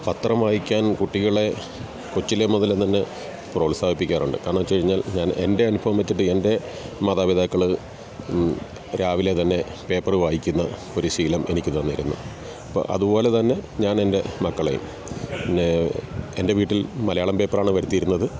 പത്രം വായിക്കാൻ കുട്ടികളെ കൊച്ചിലെ മുതൽ തന്നെ പ്രോത്സാഹിപ്പിക്കാറുണ്ട് കാരണം എന്ന് വെച്ചുകഴിഞ്ഞാൽ എൻ്റെ അനുഭവം വെച്ചിട്ട് എൻ്റെ മാതാപിതാക്കൾ രാവിലെ തന്നെ പേപ്പറ് വായിക്കുന്ന ഒരു ശീലം എനിക്ക് തന്നിരുന്നു ഇപ്പോൾ അതുപോലെത്തന്നെ ഞാനെൻ്റെ മക്കളെയും പിന്നെ എൻ്റെ വീട്ടിൽ മലയാളം പേപ്പർ ആണ് വരുത്തിയിരുന്നത്